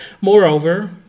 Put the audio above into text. Moreover